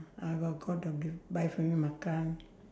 I got go buy for him makan